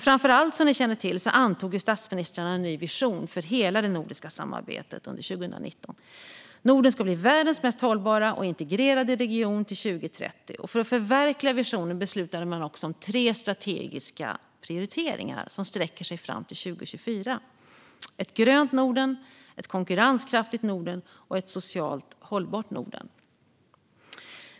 Framför allt, som ni känner till, antog statsministrarna under 2019 en ny vision för hela det nordiska samarbetet: Norden ska bli världens mest hållbara och integrerade region till 2030. För att förverkliga visionen beslutade man också om tre strategiska prioriteringar som sträcker sig fram till 2024: ett grönt Norden, ett konkurrenskraftigt Norden och ett socialt hållbart Norden.